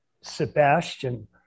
Sebastian